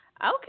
Okay